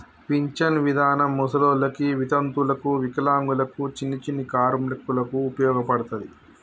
pension విధానం ముసలోళ్ళకి వితంతువులకు వికలాంగులకు చిన్ని చిన్ని కార్మికులకు ఉపయోగపడతది